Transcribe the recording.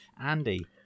andy